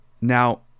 Now